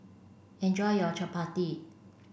enjoy your Chapati